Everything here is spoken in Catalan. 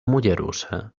mollerussa